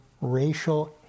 racial